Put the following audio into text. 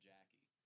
Jackie